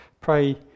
pray